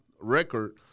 record